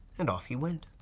and off he went.